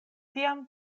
tiam